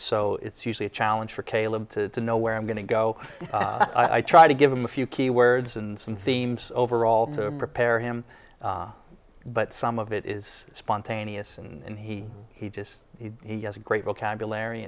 so it's usually a challenge for caleb to know where i'm going to go i try to give him a few key words and some themes overall to prepare him but some of it is spontaneous and he he just he has a great vocabulary